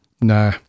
nah